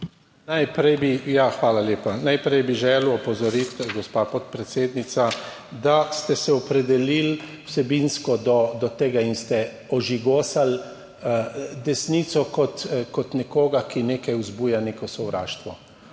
Najprej bi želel opozoriti, gospa podpredsednica, da ste se opredelili vsebinsko do tega in ste ožigosali, desnico kot nekoga, ki nekaj vzbuja, neko sovraštvo.